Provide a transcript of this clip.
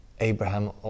Abraham